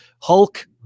Hulk